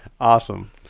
Awesome